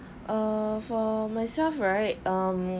err for myself right um